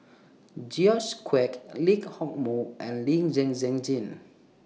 George Quek Lee Hock Moh and Lee Zhen Zhen Jane